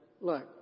look